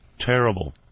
Terrible